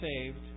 saved